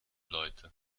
leute